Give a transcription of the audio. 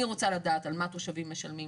אני רוצה לדעת על מה התושבים משלמים?